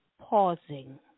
pausing